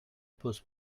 pose